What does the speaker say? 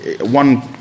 One